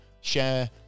share